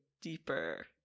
deeper